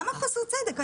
למה חוסר הצדק?